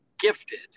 gifted